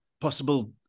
possible